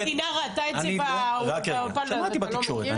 כל המדינה ראתה את זה באולפן --- שמעתי בתקשורת.